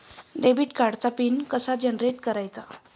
Debit कार्डचा PIN कसा generate करायचा?